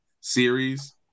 series –